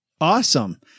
Awesome